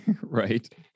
Right